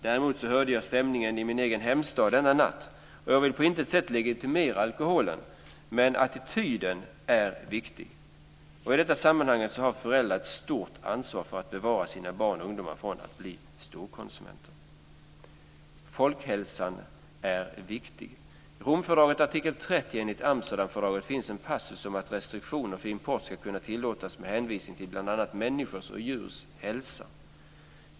Däremot hörde jag om stämningen i min egen hemstad denna natt. Jag vill på intet sätt legitimera alkoholen, men attityden är viktig. I detta sammanhang har föräldrar ett stort ansvar för att hindra sina barn och ungdomar från att bli storkonsumenter. Folkhälsan är viktig. I Romfördraget, artikel 30, och enligt Amsterdamfördraget ska restriktioner för import kunna tillåtas med hänvisning till bl.a. människors och djurs hälsa.